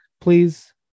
please